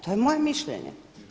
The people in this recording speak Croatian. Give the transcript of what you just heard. To je moje mišljenje.